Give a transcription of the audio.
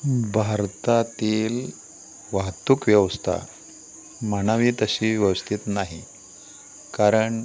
भारतातील वाहतूक व्यवस्था म्हणावी तशी व्यवस्थित नाही कारण